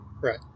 Right